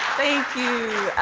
thank you.